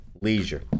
leisure